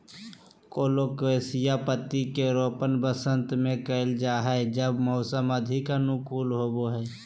colocasia पत्तियां के रोपण वसंत में कइल जा हइ जब मौसम अधिक अनुकूल होबो हइ